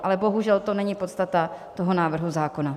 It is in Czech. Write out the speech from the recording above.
Ale bohužel to není podstata toho návrhu zákona.